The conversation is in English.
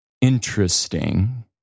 interesting